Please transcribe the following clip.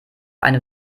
eine